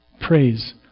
praise